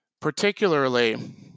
Particularly